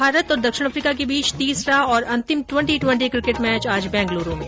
भारत और दक्षिण अफ्रीका के बीच तीसरा और अंतिम ट्वेंटी ट्वेंटी क्रिकेट मैच आज बेंगलुरू में